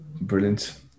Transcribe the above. brilliant